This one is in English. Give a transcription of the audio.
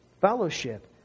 fellowship